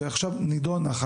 שעכשיו נידונה,